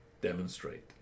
demonstrate